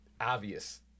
obvious